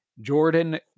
Jordan